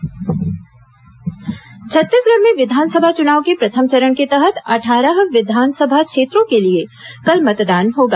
बातों बातों में छत्तीसगढ़ में विधानसभा चुनाव के प्रथम चरण के तहत अट्ठारह विधानसभा क्षेत्रों के लिए कल मतदान होगा